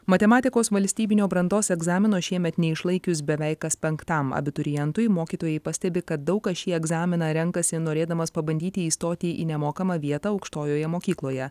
matematikos valstybinio brandos egzamino šiemet neišlaikius beveik kas penktam abiturientui mokytojai pastebi kad daug kas šį egzaminą renkasi norėdamas pabandyti įstoti į nemokamą vietą aukštojoje mokykloje